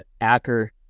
Acker